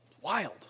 Wild